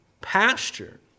pasture